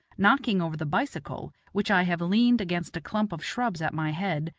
knocking over the bicycle, which i have leaned against a clump of shrubs at my head,